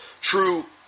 true